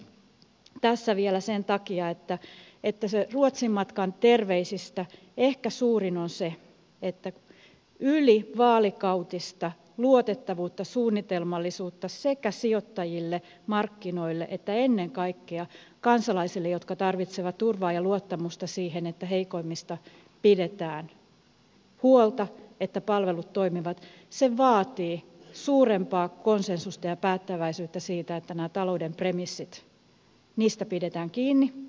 mutta nostan ne tässä vielä sen takia että ruotsin matkan terveisistä ehkä suurin on se että ylivaalikautinen luotettavuus suunnitelmallisuus sekä sijoittajille markkinoille että ennen kaikkea kansalaisille jotka tarvitsevat turvaa ja luottamusta siihen että heikoimmista pidetään huolta että palvelut toimivat se vaatii suurempaa konsensusta ja päättäväisyyttä siitä että näistä talouden premisseistä pidetään kiinni